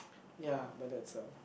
ya but that's a